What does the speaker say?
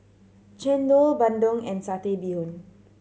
chendol bandung and Satay Bee Hoon